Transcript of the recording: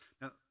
Now